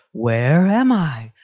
where am i?